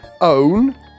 own